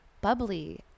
bubbly